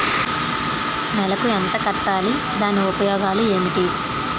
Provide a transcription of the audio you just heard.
నెలకు ఎంత కట్టాలి? దాని ఉపయోగాలు ఏమిటి?